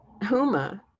Huma